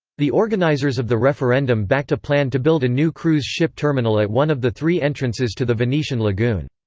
the organizers of the referendum backed a plan to build a new cruise ship terminal at one of the three entrances to the venetian lagoon.